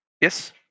yes